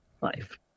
life